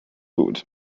gut